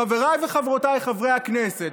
חבריי וחברותיי חברי הכנסת,